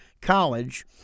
college